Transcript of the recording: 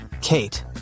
Kate